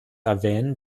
erwähnen